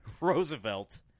Roosevelt